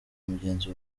mugenzi